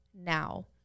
now